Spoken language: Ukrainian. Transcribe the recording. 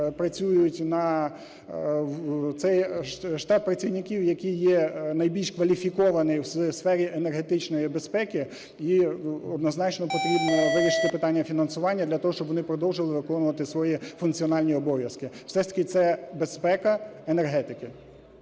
працюють. Це штат працівників, які є найбільш кваліфіковані в сфері енергетичної безпеки. І однозначно потрібно вирішити питання фінансування для того, щоб вони продовжували виконувати свої функціональні обов'язки. Все ж таки це безпека енергетики.